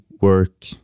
work